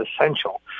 essential